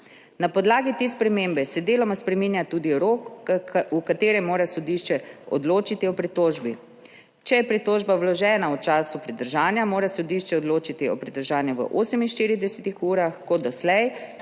Na podlagi te spremembe se deloma spreminja tudi rok, v katerem mora sodišče odločiti o pritožbi. Če je pritožba vložena v času pridržanja, mora sodišče odločiti o pridržanju v 48 urah kot doslej,